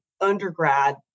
undergrad